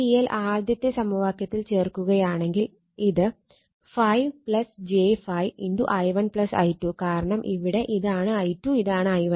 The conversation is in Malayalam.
KVL ആദ്യത്തെ സമവാക്യത്തിൽ ചേർക്കുകയാണെങ്കിൽ ഇത് 5 j 5 i1 i2 കാരണം ഇവിടെ ഇതാണ് i2 ഇതാണ് i1